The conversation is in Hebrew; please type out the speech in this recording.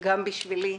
גם בשבילי.